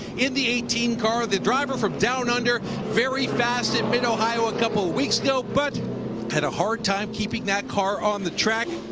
in the eighteen car the driver from down under, very fast at mid-ohio a couple of weeks ago but had a hard time keeping that car on the track.